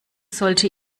sollte